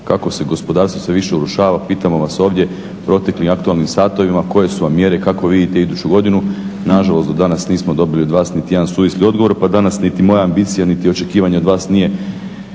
Kako se gospodarstvo sve više urušava pitamo vas ovdje, u proteklim aktualnim satovima koje su vam mjere i kako vidite iduću godinu. Nažalost do danas nismo dobili od vas niti jedan suvisli odgovor. Pa danas niti moja ambicija niti očekivanje od vas nije